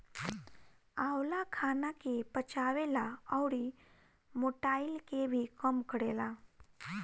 आंवला खाना के पचावे ला अउरी मोटाइ के भी कम करेला